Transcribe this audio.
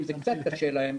אם זה קצת קשה להם,